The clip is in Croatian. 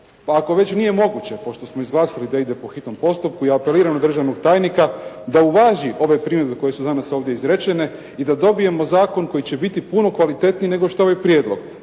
ako već nije moguće, pošto smo izglasali da ide po hitnom postupku, ja apeliram državnog tajnika da uvaži ove primjedbe koje su danas ovdje izrečene i da dobijemo zakon koji će biti puno kvalitetniji nego što je ovaj prijedlog,